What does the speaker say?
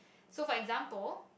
so for example